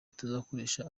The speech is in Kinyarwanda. tuzakoresha